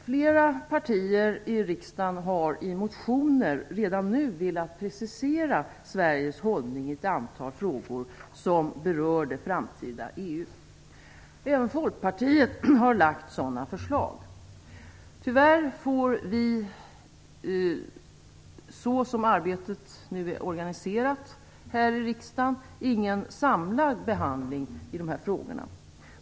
Flera partier i riksdagen har i motioner redan nu velat precisera Sveriges hållning i ett antal frågor som berör det framtida EU. Även Folkpartiet har lagt fram sådana förslag. Tyvärr får vi, så som arbetet är organiserat här i riksdagen, ingen samlad behandling av dessa frågor.